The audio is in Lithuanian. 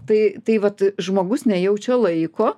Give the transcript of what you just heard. tai tai vat žmogus nejaučia laiko